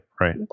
right